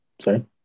Sorry